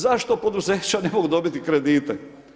Zašto poduzeća ne mogu dobiti kredite?